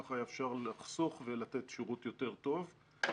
כך שאפשר היה לחסוך ולתת שירות יותר טוב.